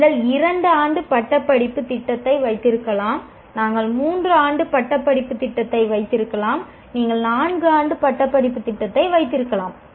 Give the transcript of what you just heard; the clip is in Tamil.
நீங்கள் 2 ஆண்டு பட்டப்படிப்பு திட்டத்தை வைத்திருக்கலாம் நாங்கள் 3 ஆண்டு பட்டப்படிப்பு திட்டத்தை கொண்டிருக்கலாம் நீங்கள் 4 ஆண்டு பட்டப்படிப்பை கொண்டிருக்கலாம்